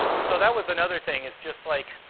so that was another thing, is just, like,